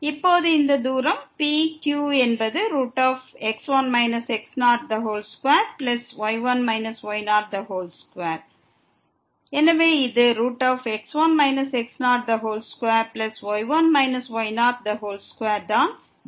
இப்போது இந்த தூரம் P Q என்பது x1 x02y1 y02 எனவே இது x1 x02y1 y02 தான் தூரம்